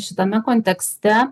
šitame kontekste